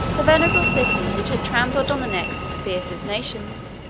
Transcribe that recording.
the venerable city, which had trampled on the necks of the fiercest nations,